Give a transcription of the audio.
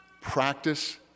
practice